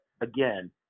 again